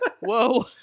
Whoa